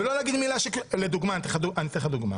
אני אתן לך דוגמה.